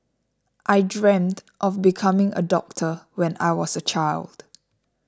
I dreamt of becoming a doctor when I was a child